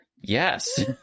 yes